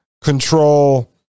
control